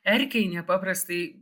erkei nepaprastai